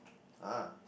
!huh!